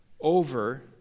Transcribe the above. over